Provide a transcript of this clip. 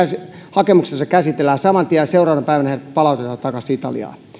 hakemuksensa käsitellään saman tien ja seuraavana päivänä heidät palautetaan takaisin italiaan